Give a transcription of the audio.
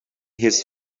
his